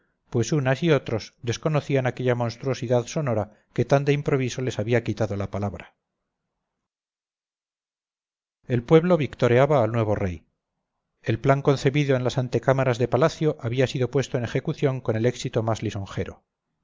pues unas y otros desconocíanaquella monstruosidad sonora que tan de improviso les había quitado la palabra el pueblo victoreaba al nuevo rey el plan concebido en las antecámaras de palacio había sido puesto en ejecución con el éxito más